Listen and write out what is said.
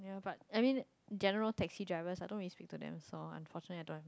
but I mean in general taxi drivers I don't really speak to them so unfortunately I don't